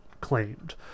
claimed